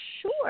sure